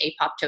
apoptosis